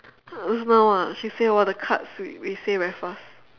just now ah she say !wah! the cards we we say very fast